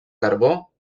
carbó